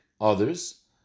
others